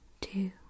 two